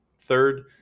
Third